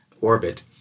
orbit